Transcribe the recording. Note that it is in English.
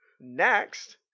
Next